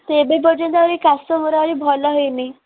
ସେ ଏବେ ପର୍ଯ୍ୟନ୍ତ ଆହୁରି କାଶ ମୋର ଆହୁରି ଭଲ ହେଇ ନାଇଁ